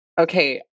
Okay